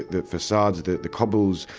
the facades, the the cobbles,